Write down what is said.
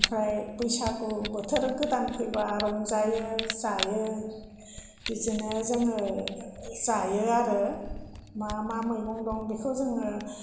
ओमफ्राय बैसागु बोथोर गोदान फैबा रंजायो जायो बिदिनो जोङो जायो आरो मा मा मैगं दं बेफोरखौ जोङो